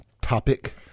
topic